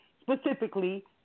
specifically